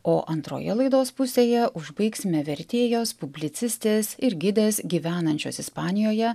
o antroje laidos pusėje užbaigsime vertėjos publicistės ir gidės gyvenančios ispanijoje